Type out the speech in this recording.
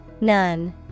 None